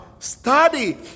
Study